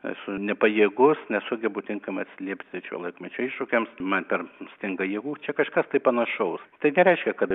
esu nepajėgus nesugebu tinkamai atsiliepti šio laikmečio iššūkiams man per stinga jėgų čia kažkas tai panašaus tai nereiškia kad